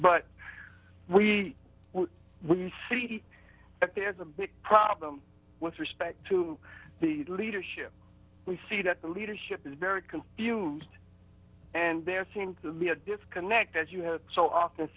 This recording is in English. but we we see that there is a big problem with respect to the leadership we see that the leadership is very confused and there seems to be a disconnect as you have so often